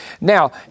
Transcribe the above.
Now